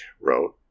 wrote